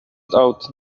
out